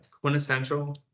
quintessential